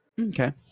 Okay